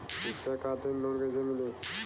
शिक्षा खातिर लोन कैसे मिली?